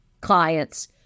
clients